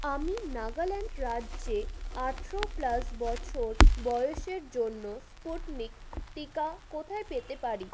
আমি নাগাল্যান্ড রাজ্যে আঠেরো প্লাস বছর বয়সের জন্য স্পুটনিক টিকা কোথায় পেতে পারি